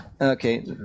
Okay